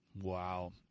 Wow